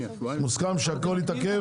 מוסכם שהכול יתעכב.